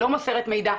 לא מוסרת מידע.